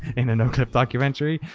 in a noclip documentary.